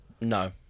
No